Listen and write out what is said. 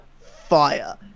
fire